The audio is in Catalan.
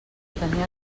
tenir